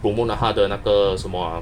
promote uh 他的那个什么 ah